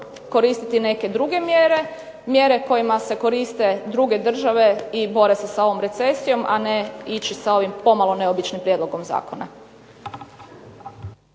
koristiti neke druge mjere. Mjere kojima se koriste druge države i bore se sa ovom recesijom, a ne ići sa ovim pomalo neobičnim prijedlogom zakona.